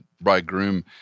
bridegroom